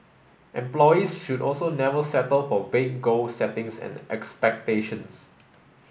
employees should also never settle for vague goal settings and expectations